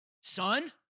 son